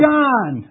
John